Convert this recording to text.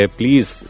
please